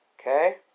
okay